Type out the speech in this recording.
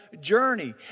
journey